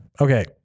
Okay